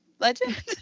legend